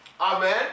Amen